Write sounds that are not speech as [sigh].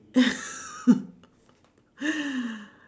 [laughs]